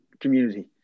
community